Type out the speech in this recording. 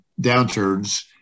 downturns